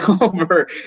over